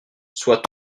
soit